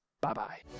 Bye-bye